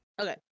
Okay